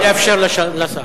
נא לאפשר לשר.